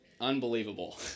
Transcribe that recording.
unbelievable